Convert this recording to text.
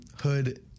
hood